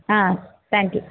ah thank you